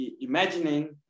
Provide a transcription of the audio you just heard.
imagining